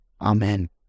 Amen